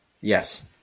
Yes